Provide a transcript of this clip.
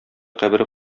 кабере